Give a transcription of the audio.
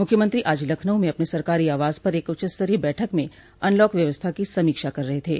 मुख्यमंत्री आज लखनऊ में अपने सरकारी आवास पर एक उच्चस्तरीय बैठक में अनलॉक व्यवस्था की समीक्षा कर रहे थे